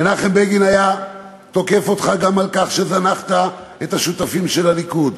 מנחם בגין היה תוקף אותך גם על כך שזנחת את השותפים של הליכוד,